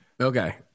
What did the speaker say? Okay